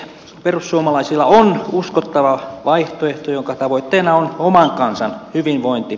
perussuomalaisilla on uskottava vaihtoehto jonka tavoitteena on oman kansan hyvinvointi